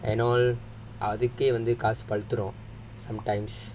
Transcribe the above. and all அதுக்கே வந்து காசு படுத்துடும்:adhukkae vandhu kaasu paduthudum sometimes